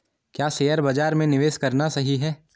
क्या शेयर बाज़ार में निवेश करना सही है?